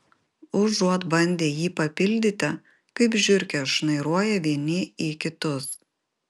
užuot bandę jį papildyti kaip žiurkės šnairuoja vieni į kitus